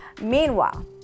Meanwhile